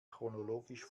chronologisch